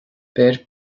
beir